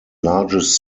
largest